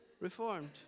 Reformed